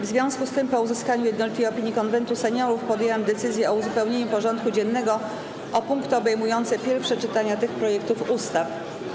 W związku z tym, po uzyskaniu jednolitej opinii Konwentu Seniorów, podjęłam decyzję o uzupełnieniu porządku dziennego o punkty obejmujące pierwsze czytania tych projektów ustaw.